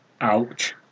Ouch